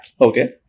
Okay